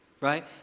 right